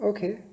Okay